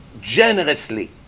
generously